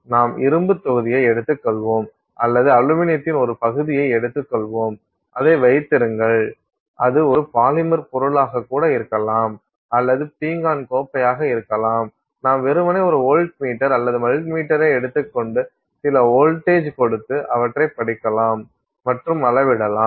நாம் இரும்புத் தொகுதியை எடுத்துக்கொள்வோம் அல்லது அலுமினியத்தின் ஒரு பகுதியை எடுத்துக்கொள்வோம் அதை வைத்திருங்கள் அது ஒரு பாலிமர் பொருளாக கூட இருக்கலாம் அல்லது பீங்கான் கோப்பையாக இருக்கலாம் நாம் வெறுமனே ஒரு வோல்ட்மீட்டர் அல்லது மல்டிமீட்டரை எடுத்துக் கொண்டு சில வோல்டேஜ் கொடுத்து அவற்றை படிக்கலாம் மற்றும் அளவிடலாம்